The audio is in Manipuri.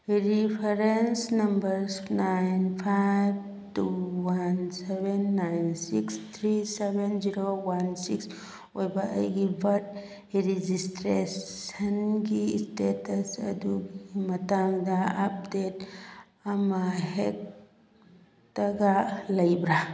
reference number nine five two one seven nine six three seven zero one six ꯑꯣꯏꯕ ꯑꯩꯒꯤ ꯕꯥꯔꯗ ꯔꯦꯖꯤꯁꯇ꯭ꯔꯦꯁꯟꯒꯤ ꯏꯁꯇꯦꯇꯁ ꯑꯗꯨꯒꯤ ꯃꯇꯥꯡꯗ ꯑꯞꯗꯦꯗ ꯑꯃ ꯍꯦꯛꯇꯒ ꯂꯩꯕ꯭ꯔꯥ